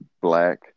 black